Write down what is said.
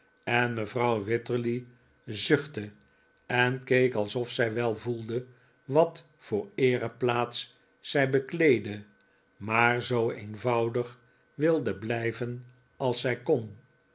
en mevrouw wititterly zuchtte en keek alsof zij wel voelde wat voor eereplaats zij bekleedde maar zoo eenvoudig wilde blijven als zij kon